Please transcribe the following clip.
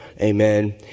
amen